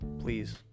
please